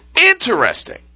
interesting